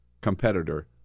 competitor